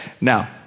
Now